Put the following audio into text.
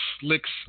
slicks